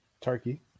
turkey